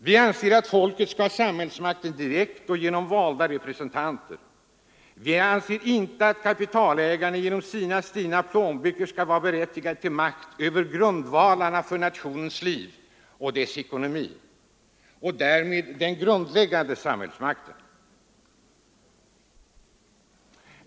Vi anser att folket skall ha samhällsmakten direkt och genom valda representanter. Vi anser inte att kapitalägarna genom sina stinna plånböcker skall vara berättigade till makt över grundvalarna för nationens liv — dess ekonomi — och därmed ha den grundläggande samhällsmakten.